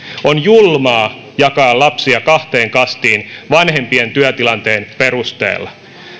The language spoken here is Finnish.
on julmaa jakaa lapsia kahteen kastiin vanhempien työtilanteen perusteella